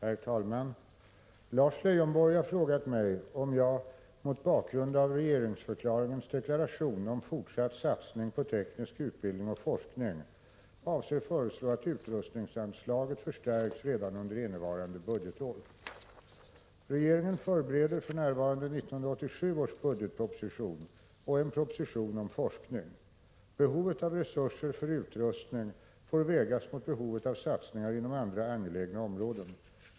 Herr talman! Lars Leijonborg har frågat mig om jag — mot bakgrund av regeringsförklaringens deklaration om fortsatt satsning på teknisk utbildning och forskning — avser föreslå att utrustningsanslaget förstärks redan under innevarande budgetår. Regeringen förbereder för närvarande 1987 års budgetproposition och en proposition om forskning. Behovet av resurser för utrustning får vägas mot behovet av satsningar inom andra angelägna områden.